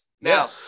Now